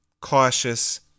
cautious